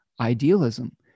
idealism